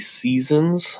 seasons